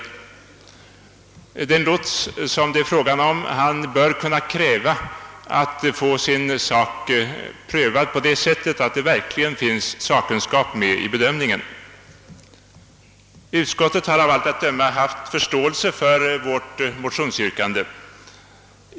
Den lots som det är fråga om bör kunna kräva att få sin sak prövad så, att det verkligen finns sakkunskap med i bedömningen. Utskottet har av allt att döma haft förståelse för vårt motionsyrkande.